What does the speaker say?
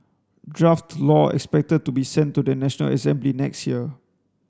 draft law expected to be sent to the National Assembly next year